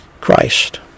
Christ